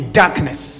darkness